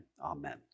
amen